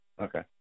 Okay